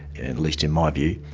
at least in my view,